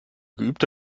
geübte